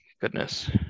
Goodness